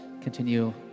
continue